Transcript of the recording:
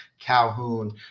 Calhoun